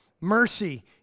mercy